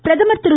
பிரதமர் திரு